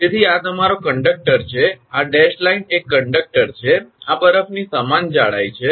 તેથી આ તમારો કંડકટર છે આ ડેશેડ લાઇન એક કંડકટર છે અને આ બરફની સમાન જાડાઈ છે